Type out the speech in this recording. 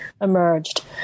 emerged